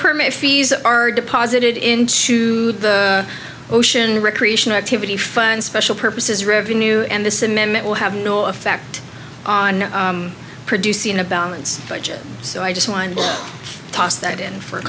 permit fees are deposited into the ocean recreation activity fund special purpose is revenue and this amendment will have no effect on producing a balanced budget so i just want to toss that in for